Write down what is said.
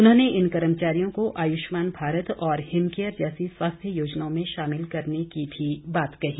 उन्होंने इन कर्मचारियों का आयुष्मान भारत और हिमकेयर जैसी स्वास्थ्य योजनाओं में शामिल करने की भी बात कही